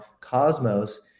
Cosmos